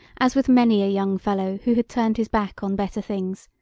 as with many a young fellow who had turned his back on better things,